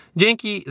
Dzięki